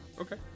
Okay